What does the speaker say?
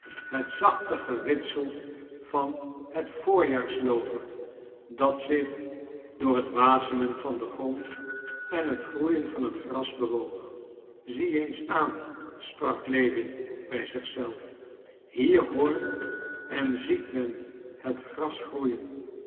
het zachte ritselen van het voorjaarsloover dat zich door het wasemen van den grond en het groeien van het gras bewoog zie eens aan sprak lewin bij zich zelf hier hoort en ziet men het gras groeien